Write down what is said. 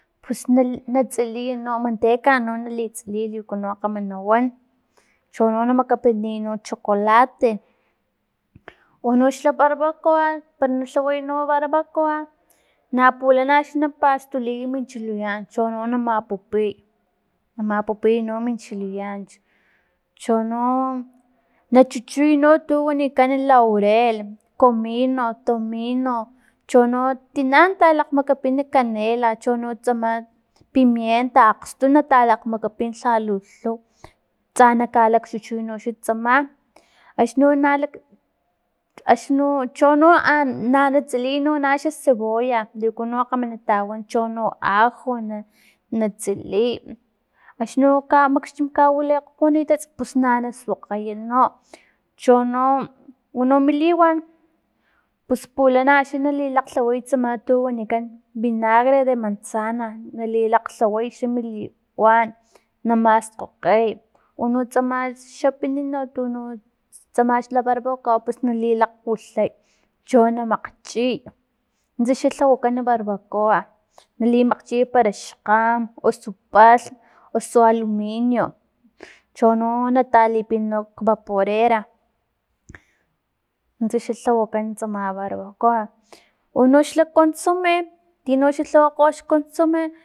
Pus natsiliy no manteca, no nali tsiliy liku no kgama nawan chono na makapiniy chocolate, unoxala barbacoa para na lhaway no barbacoa na pulana na pastuliy min chileancho chono na mapupiy, na mapupiy no mi chileanch, chono na chuchuy no tu wanikan laurel, comino, tomino chono tina, talakgmakapin canela chono tsama pimienta, akgstu natalakgmakapin lhalu lhuw, tsa nakalakchuchuy noxa ntsama axni no- na axni no chono amm na natsiliy na xa cebolla likuno kgama natawa chono ajo na natsiliy axni no kamakxtim kawilokgonitsa pus na nasuakgaya no chono uno mi liwan pus pulana no nali lakglhaway tsama tu wanikan vinagre de manzana, nali lakglhaway mi liwan na maskgokgey uno tsama xapinino tunotsama xla barbacoa pus nali lakgwilhay cho na makgchiy, nuntsa xa lhawakan barbacoa nali makgchiya para xkgam osu palhm, osu haluminio chono na talipina nak vaporera nuntsa xa lhawakan tsama barbacoa unoxla consome tinoxla lhawakgo xconsome